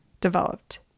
developed